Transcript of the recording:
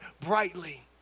brightly